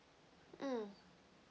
mm